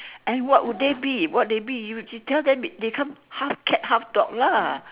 and what would they be what they be you tell them they are half cat half dog